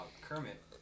Kermit